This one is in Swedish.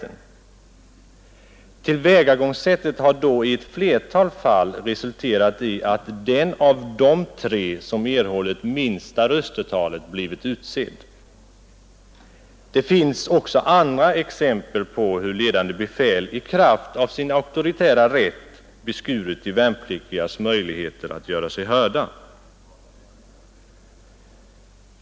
Men detta tillvägagångssätt har i ett flertal fall resulterat i att den av de tre som fått det minsta röstetalet har blivit utsedd. Det finns också andra exempel på hur ledande befäl i kraft av sin auktoritära rätt har beskurit de värnpliktigas möjligheter att göra sig hörda.